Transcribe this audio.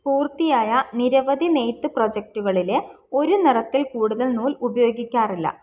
പൂർത്തിയായ നിരവധി നെയ്ത്ത് പ്രൊജക്റ്റുകളിലെ ഒരു നിറത്തിൽ കൂടുതൽ നൂൽ ഉപയോഗിക്കാറില്ല